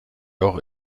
auch